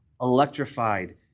electrified